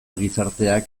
gizarteak